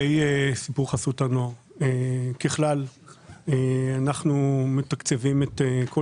לגבי חסות הנוער ככלל אנחנו מתקצבים את כל